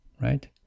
right